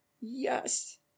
yes